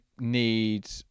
need